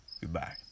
Goodbye